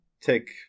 take